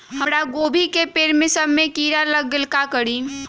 हमरा गोभी के पेड़ सब में किरा लग गेल का करी?